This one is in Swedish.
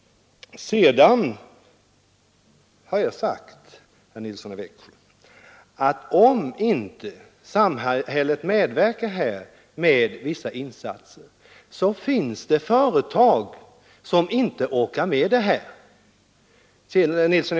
Jag har sagt att om inte samhället medverkar med vissa insatser finns det företag som inte orkar med några åtgärder för att förbättra miljön.